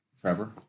Trevor